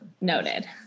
noted